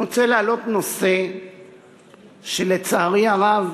אני רוצה להעלות נושא שלצערי הרב